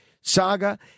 saga